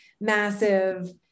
massive